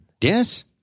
Yes